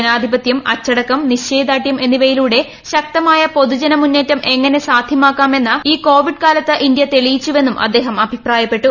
ജനാധിപത്യം അച്ചടക്കം നിശ്ചയദാർഢൃം എന്നിവയിലൂടെ ശക്തമായ പൊതുജന മൂന്നേറ്റം എങ്ങനെ സാധ്യമാക്കാം എന്ന് ഈ കോവിഡ് കാലത്ത് ഇന്ത്യ തെളിയിച്ചുവെന്നും അദ്ദേഹം അഭിപ്രായപ്പെട്ടു